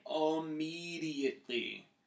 immediately